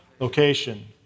Location